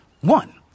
One